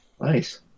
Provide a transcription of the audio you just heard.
Nice